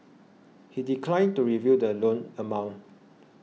he declined to reveal the loan amount